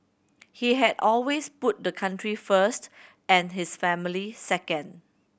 he had always put the country first and his family second